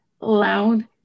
loud